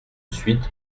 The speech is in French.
suite